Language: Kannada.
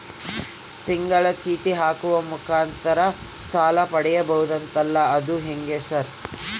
ತಿಂಗಳ ಚೇಟಿ ಹಾಕುವ ಮುಖಾಂತರ ಸಾಲ ಪಡಿಬಹುದಂತಲ ಅದು ಹೆಂಗ ಸರ್?